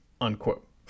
unquote